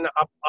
up